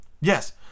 Yes